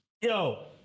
Yo